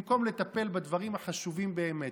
במקום לטפל בדברים החשובים באמת.